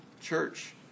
church